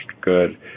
good